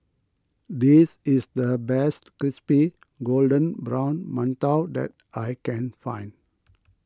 this is the best Crispy Golden Brown Mantou that I can find